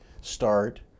Start